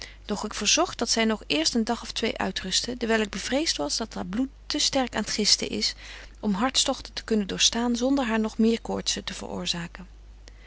doch ik verzogt dat zy nog eerst een dag of twee uitrustte dewyl ik bevreest was dat haar bloed te sterk aan t gisten is om hartstochten te kunnen doorstaan zonder haar nog meer koortzen te veroorzaken